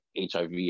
HIV